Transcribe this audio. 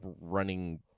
running